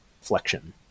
flexion